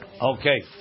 Okay